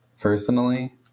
personally